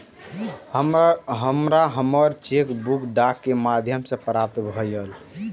हमरा हमर cheque book डाक के माध्यम से प्राप्त भईल